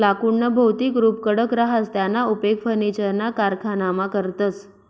लाकुडनं भौतिक रुप कडक रहास त्याना उपेग फर्निचरना कारखानामा करतस